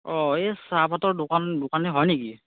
অ এই চাহপাতৰ দোকান দোকানী হয় নেকি